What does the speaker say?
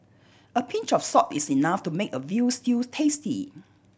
a pinch of salt is enough to make a veal stew tasty